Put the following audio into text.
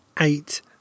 eight